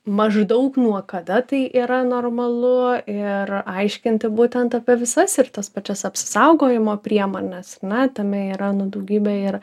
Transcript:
maždaug nuo kada tai yra normalu ir aiškinti būtent apie visas ir tas pačias apsisaugojimo priemones ar ne tame yra daugybė ir